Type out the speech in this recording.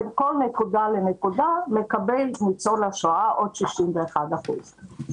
בין כל נקודה לנקודה ניצול השואה מקבל עוד 61 שקלים.